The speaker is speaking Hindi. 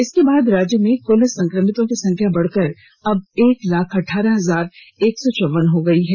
इसके बाद राज्य में कुल संक्रमितों की संख्या बढ़कर अब एक लाख अठारह हजार एक सौ चौवन हो गई है